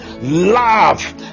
love